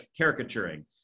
caricaturing